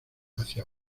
hacia